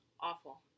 awful